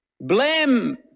Blame